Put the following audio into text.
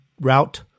route